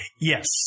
Yes